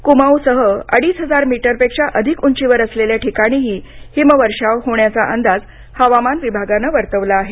कुमाऊ सह अडीच हजार मीटरपेक्षा अधिक उंचीवर असलेल्या ठिकाणीही हिमवर्षाव होण्याचा अंदाज हवामान विभागानं वर्तवला आहे